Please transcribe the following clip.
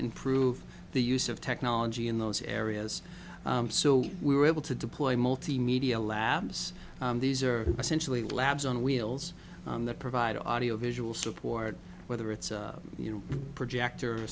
improve the use of technology in those areas so we were able to deploy multimedia labs these are essentially labs on wheels that provide audio visual support whether it's you know projector